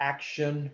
Action